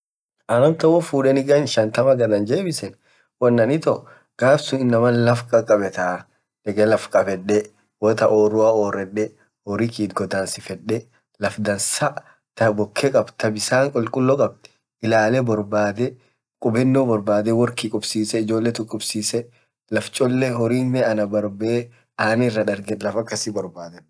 ann amtaan hoo fuudenii gan shantamaa gaad anjebiseen, gaaf suun inamaan laaf kaabetaa dekee laaf kabedee taa orua oredee horii kiyy it godansifedee laaf dansaa taa bokee kaabd bisaan kuljuloo kaabd ilaale boarbadee kubeno boarbadee woarkiyy kuubsisee, ijolee tiyy kubsisee, laaf cholee horiin kiinee anaa barbee taa akasii boarbadaa.